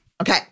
Okay